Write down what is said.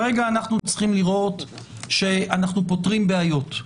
כרגע אנחנו צריכים לראות שאנחנו פותרים בעיות.